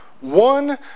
One